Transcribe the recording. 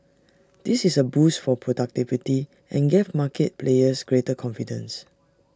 this is A boost for productivity and gave market players greater confidence